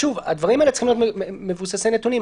הדברים האלה צריכים להיות מבוססי נתונים.